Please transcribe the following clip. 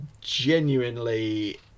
genuinely